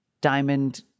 diamond